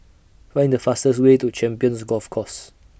Find The fastest Way to Champions Golf Course